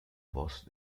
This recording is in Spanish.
voz